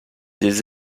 des